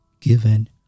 given